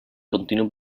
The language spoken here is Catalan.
continu